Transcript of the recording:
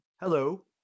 Hello